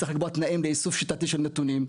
צריך לקבוע תנאים לאיסוף שיטתי של נתונים,